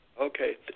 Okay